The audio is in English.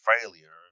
failure